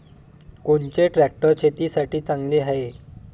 कोनचे ट्रॅक्टर शेतीसाठी चांगले हाये?